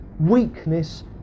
weakness